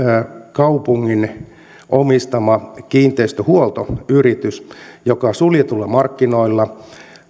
kaupungin omistama kiinteistöhuoltoyritys toimii suljetuilla markkinoilla